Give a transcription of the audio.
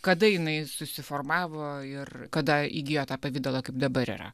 kada jinai susiformavo ir kada įgijo tą pavidalą kaip dabar yra